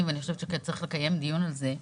ואני חושבת שכן צריך לקיים דיון על זה.